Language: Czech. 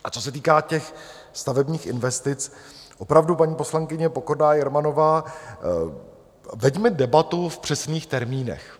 A co se týká stavebních investic opravdu, paní poslankyně Pokorná Jermanová, veďme debatu v přesných termínech.